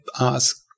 ask